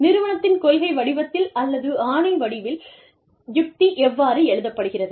நிறுவனத்தின் கொள்கை வடிவத்தில் அல்லது ஆவண வடிவில் யுக்தி எவ்வாறு எழுதப்படுகிறது